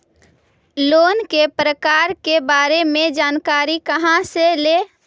Loan के प्रकार के बारे मे जानकारी कहा से ले?